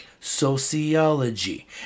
sociology